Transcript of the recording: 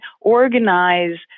organize